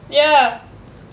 ya